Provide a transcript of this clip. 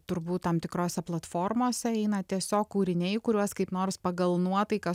turbūt tam tikrose platformos eina tiesiog kūriniai kuriuos kaip nors pagal nuotaiką